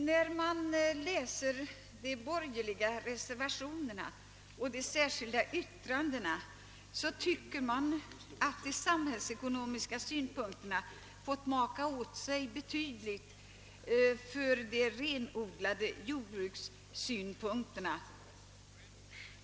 När man läser de borgerliga reservationerna och de särskilda yttrandena finner man att de samhällsekonomiska synpunkterna fått maka sig åt sidan betydligt för de renodlade jordbruksaspekterna.